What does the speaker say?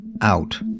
out